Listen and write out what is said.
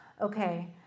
Okay